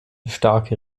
starke